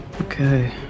Okay